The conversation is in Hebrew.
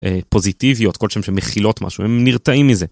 פוזיטיביות כלשהם שמכילות משהו הם נרתעים מזה.